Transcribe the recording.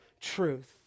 truth